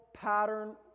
Pattern